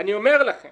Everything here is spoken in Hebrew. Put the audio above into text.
אני אומר לכם